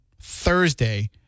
Thursday